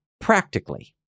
practically